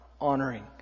honoring